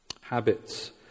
Habits